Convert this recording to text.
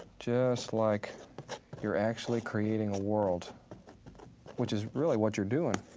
just like you're actually creating a world which is really what you're doing.